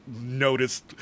noticed